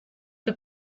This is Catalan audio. que